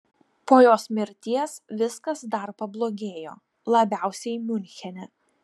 po jos mirties viskas dar pablogėjo labiausiai miunchene